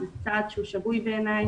זה צעד שהוא שגוי בעיניי,